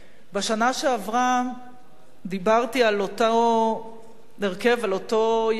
בשנה שעברה דיברתי על אותו הרכב, על אותו יחס